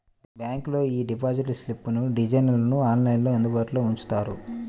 బ్యాంకులోళ్ళు యీ డిపాజిట్ స్లిప్పుల డిజైన్లను ఆన్లైన్లో అందుబాటులో ఉంచుతారు